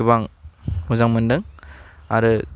गोबां मोजां मोनदों आरो